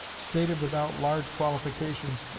stated without large qualifications,